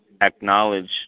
Acknowledge